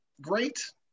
great